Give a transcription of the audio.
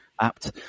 Apt